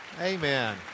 amen